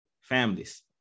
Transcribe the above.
families